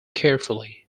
carefully